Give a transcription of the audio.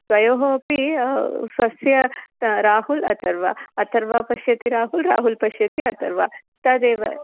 तयोः अपि स्वस्य राहुल् अथर्वा अथर्वा पश्यति राहुल् राहुल् पश्यति अथर्वा तदेव